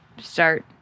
start